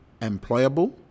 employable